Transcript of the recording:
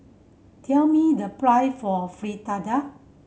tell me the for Fritada